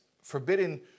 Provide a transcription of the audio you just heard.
forbidden